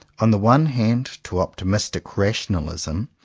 on the one hand, to optimistic rationalism,